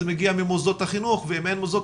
זה מגיע ממוסדות החינוך ואם אין מוסדות